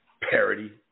parody